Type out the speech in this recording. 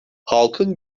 halkın